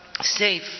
safe